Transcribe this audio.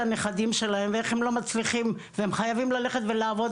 הנכדים שלהם ואיך הם לא מצליחים והם חייבים ללכת ולעבוד.